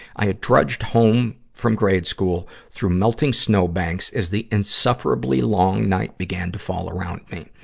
i had drudged home from grade school, through melting snowbanks, as the insufferably long night began to fall around me.